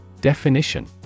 Definition